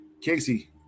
Casey